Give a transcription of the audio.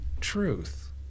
truth